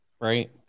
right